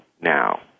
now